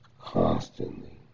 constantly